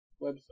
website